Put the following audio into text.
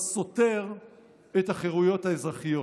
הסותר את החירויות האזרחיות".